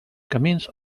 camins